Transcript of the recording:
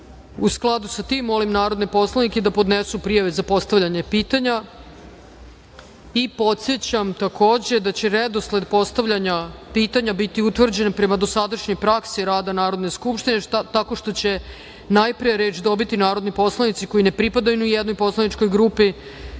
skladu sa tim, molim narodne poslanike da podnesu prijave za postavljanje pitanja. Podsećam takođe, da će redosled postavljanja pitanja biti utvrđen prema dosadašnjoj praksi rada Narodne skupštine, tako što će najpre reč dobiti narodni poslanici koji ne pripadaju ni jednoj poslaničkoj grupi